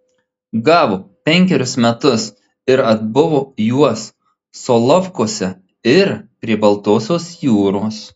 gavo penkerius metus ir atbuvo juos solovkuose ir prie baltosios jūros